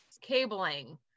cabling